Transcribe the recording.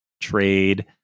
trade